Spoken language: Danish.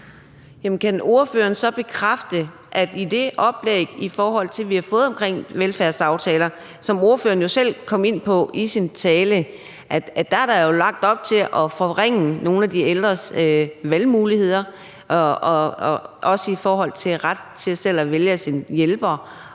kan ordføreren så bekræfte, at i det oplæg, vi har fået omkring velfærdsaftaler, og som ordføreren jo selv kom ind på i sin tale, er der lagt op til at forringe nogle af de ældres valgmuligheder, også i forhold til retten til selv at vælge sine hjælpere